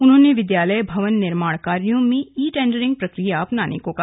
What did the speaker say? उन्होंने विद्यालय भवन निर्माण कार्यों में ई टेंडरिंग प्रक्रिया अपनाने को कहा